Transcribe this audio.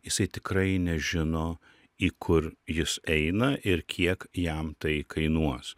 jisai tikrai nežino į kur jis eina ir kiek jam tai kainuos